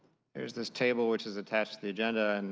is this table which is attached to the agenda. and